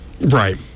Right